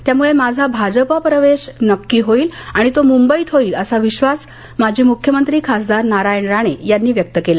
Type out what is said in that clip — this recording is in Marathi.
त्यामुळे माझा भाजपा प्रवेश नक्की होईल आणि तो मुंबईत होईल असा विश्वास माजी मुख्यमंत्री खासदार नारायण राणे यांनी व्यक्त केला